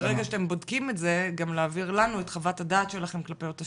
ברגע שאתם בודקים את זה גם להעביר אלינו את חוות הדעת כלפי אותו שינוי.